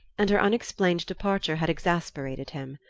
and her unexplained departure had exasperated him.